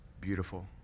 beautiful